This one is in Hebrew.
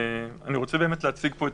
אתה רופא, אני חושב, נכון?